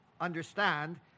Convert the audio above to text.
understand